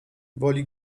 woli